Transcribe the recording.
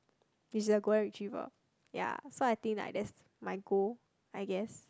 which is a golden retriever ya so I think like that's my goal I guess